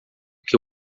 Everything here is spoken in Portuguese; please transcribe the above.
que